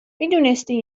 میدونستید